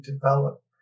develop